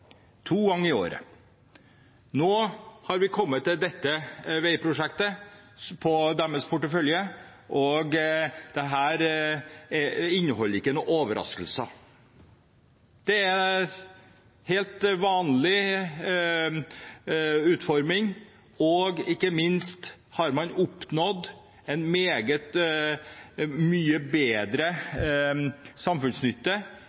to ganger i året. Nå har vi kommet til dette veiprosjektet i deres portefølje. Det inneholder ingen overraskelser. Det har en helt vanlig utforming, og ikke minst har man oppnådd mye bedre samfunnsnytte